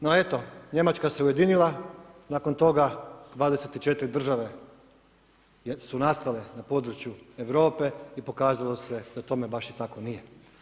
No eto, Njemačka se ujedinila nakon toga, 24 države su nastale na području Europe i pokazalo se da tome baš tako i nije.